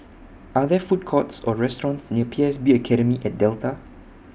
Are There Food Courts Or restaurants near P S B Academy At Delta